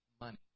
money